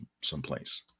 someplace